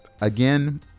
again